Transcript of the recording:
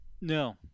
No